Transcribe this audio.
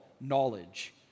knowledge